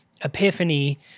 epiphany